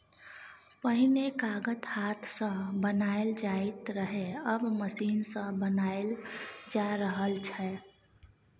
पहिने कागत हाथ सँ बनाएल जाइत रहय आब मशीन सँ बनाएल जा रहल छै